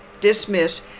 dismissed